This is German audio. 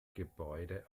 gebäude